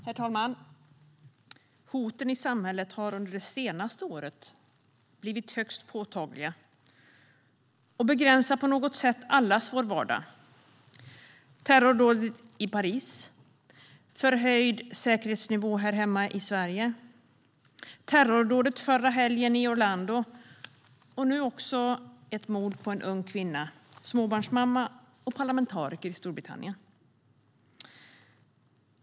Herr talman! Hoten i samhället har under det senaste året blivit högst påtagliga. De begränsar på något sätt allas vår vardag. Det var ett terrordåd i Paris. Det är en förhöjd säkerhetsnivå här hemma i Sverige. Det var ett terrordåd i Orlando förra helgen. Och nu var det också ett mord på en ung kvinna, en småbarnsmamma och parlamentariker, i Storbritannien.